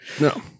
No